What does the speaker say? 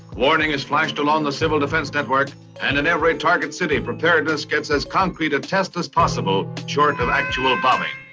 warning is flashed along the civil defense network and in every target city preparedness gets as concrete of a test as possible, short of actual bombing.